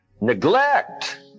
Neglect